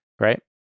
right